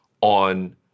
on